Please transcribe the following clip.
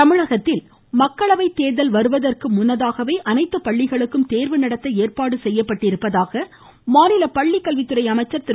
செங்கோட்டையன் தமிழகத்தில் மக்களவை தேர்தல் வருவதற்கு அனைத்து பள்ளிகளுக்கும் தேர்வு நடத்த ஏற்பாடு செய்யப்பட்டுள்ளதாக மாநில பள்ளிக்கல்வித்துறை அமைச்சர் திரு